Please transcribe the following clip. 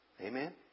Amen